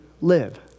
live